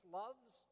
loves